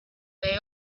they